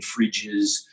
fridges